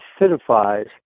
acidifies